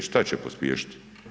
Šta će pospješiti?